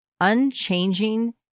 Unchanging